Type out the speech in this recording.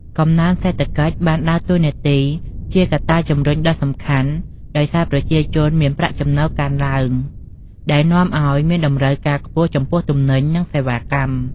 កំណើនសេដ្ឋកិច្ចបានដើរតួនាទីជាកត្តាជំរុញដ៏សំខាន់ ដោយសារប្រជាជនមានប្រាក់ចំណូលកើនឡើង ដែលនាំឲ្យមានតម្រូវការខ្ពស់ចំពោះទំនិញ និងសេវាកម្ម។